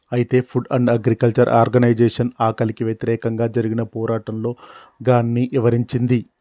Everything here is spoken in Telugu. అయితే ఫుడ్ అండ్ అగ్రికల్చర్ ఆర్గనైజేషన్ ఆకలికి వ్యతిరేకంగా జరిగిన పోరాటంలో గాన్ని ఇవరించింది